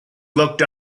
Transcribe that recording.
looked